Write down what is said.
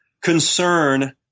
concern